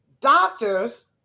doctors